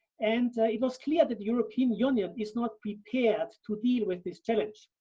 and it was clear that the european union is not prepared to deal with this challenge.